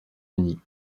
unis